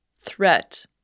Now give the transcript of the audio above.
threat